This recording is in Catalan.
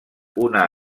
una